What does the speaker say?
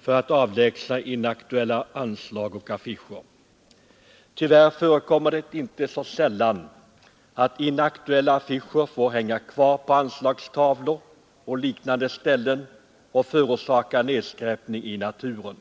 för att avlägsna inaktuella anslag och affischer. Tyvärr förekommer det inte så sällan att inaktuella affischer får hänga kvar på anslagstavlor och liknande ställen och förorsaka nedskräpning i naturen.